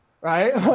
right